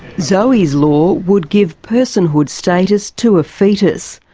zoe's law would give personhood status to a foetus.